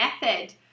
method